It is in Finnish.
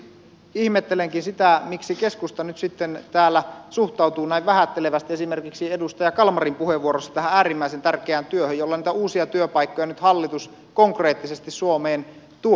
siksi ihmettelenkin sitä miksi keskusta nyt sitten täällä suhtautui näin vähättelevästi esimerkiksi edustaja kalmarin puheenvuorossa tähän äärimmäisen tärkeään työhön jolla niitä uusia työpaikkoja nyt hallitus konkreettisesti suomeen tuo